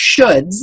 shoulds